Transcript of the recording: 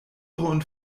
und